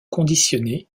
conditionné